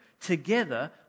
together